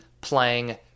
playing